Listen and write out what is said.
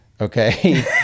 okay